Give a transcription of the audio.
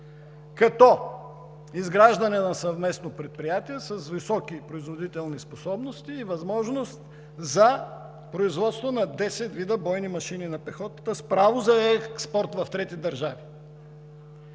като изграждане на съвместно предприятие с високи производителни способности и възможност за производство на десет вида бойни машини на пехотата с право за експорт в трети държави.